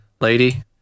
lady